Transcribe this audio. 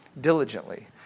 diligently